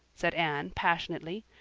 said anne passionately.